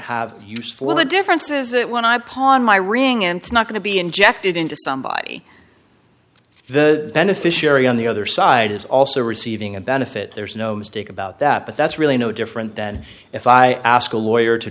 have use for the difference is that when i pawn my ring and not going to be injected into somebody's the beneficiary on the other side is also receiving a benefit there's no mistake about that but that's really no different than if i ask a lawyer to